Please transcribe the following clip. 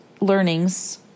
learnings